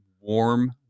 warm